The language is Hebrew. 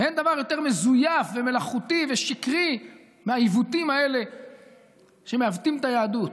ואין דבר יותר מזויף ומלאכותי ושקרי מהעיוותים האלה שמעוותים את היהדות.